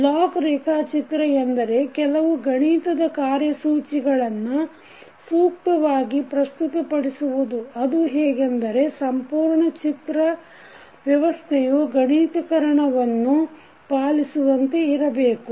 block ರೇಖಾಚಿತ್ರ ಎಂದರೆ ಕೆಲವು ಗಣಿತದ ಕಾರ್ಯಸೂಚಿಗಳನ್ನು ಸೂಕ್ತವಾಗಿ ಪ್ರಸ್ತುತ ಪಡಿಸುವುದು ಅದು ಹೇಗೆಂದರೆ ಸಂಪೂರ್ಣ ಚಿತ್ರ ವ್ಯವಸ್ಥೆಯು ಗಣಿತಕರಣವನ್ನು ಪಾಲಿಸುವಂತೆ ಇರಬೇಕು